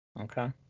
Okay